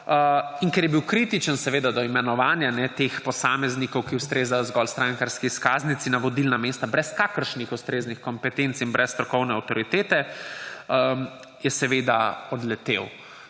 in ker je bil kritičen do imenovanja teh posameznikov, ki ustrezajo zgolj strankarski izkaznici, na vodilna mesta brez kakršnih ustreznih kompetenc in brez strokovne avtoritete, je seveda odletel.